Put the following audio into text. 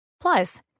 Plus